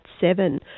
seven